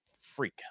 freak